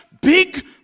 big